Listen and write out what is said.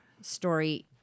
story